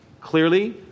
clearly